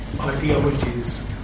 ideologies